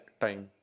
time